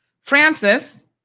francis